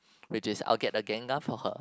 which is I will get the gengar for her